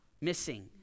missing